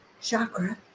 chakra